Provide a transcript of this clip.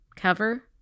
cover